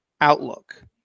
outlook